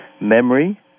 memory